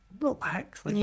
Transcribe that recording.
relax